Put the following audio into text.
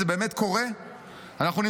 זה באמת קורה?